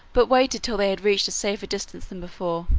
but waited till they had reached a safer distance than before.